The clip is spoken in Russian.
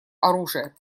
оружия